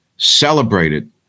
celebrated